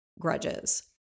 grudges